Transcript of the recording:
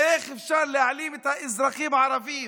איך אפשר להעלים את האזרחים הערבים,